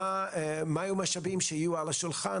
מה המשאבים שיהיו על השולחן,